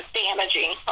damaging